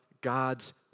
God's